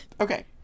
Okay